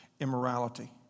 immorality